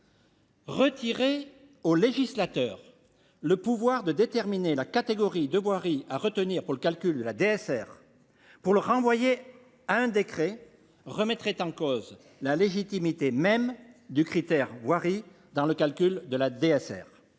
Retirer au législateur le pouvoir de déterminer la catégorie de voirie à retenir pour le calcul de la DSR, pour le renvoyer à un décret, remettrait en cause la légitimité même du critère de longueur de voirie